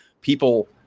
people